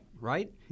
right